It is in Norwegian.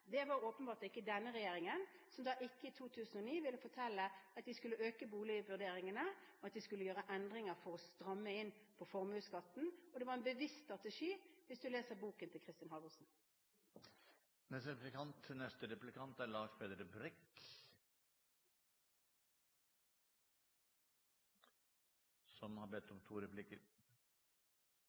Det var åpenbart ikke denne regjeringen, som i 2009 ikke ville fortelle at de skulle øke boligvurderingene, og at de skulle gjøre endringer for å stramme inn på formuesskatten. Det var en bevisst strategi, hvis du leser boken til Kristin Halvorsen. Jeg synes jeg hørte representanten Solberg nevne at vi har